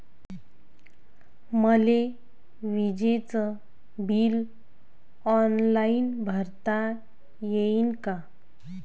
मले विजेच bill online भरता येईन का?